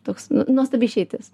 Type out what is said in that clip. toks nuostabi išeitis